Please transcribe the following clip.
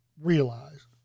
realize